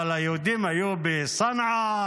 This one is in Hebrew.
אבל היהודים היו בצנעא,